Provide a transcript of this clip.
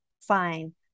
fine